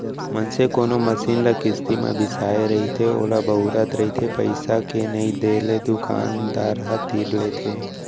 मनसे कोनो मसीन ल किस्ती म बिसाय रहिथे ओला बउरत रहिथे पइसा के नइ देले दुकानदार ह तीर लेथे